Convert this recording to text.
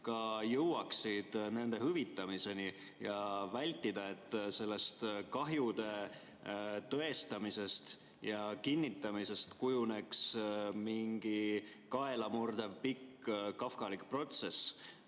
ka jõuaksid nende hüvitamiseni, ja vältida seda, et kahjude tõestamisest ja kinnitamisest ei kujuneks mingi kaelamurdev pikk kafkalik protsess?